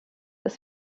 ist